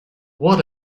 what